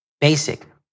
basic